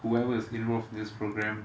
whoever is involved in this program